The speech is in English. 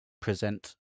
present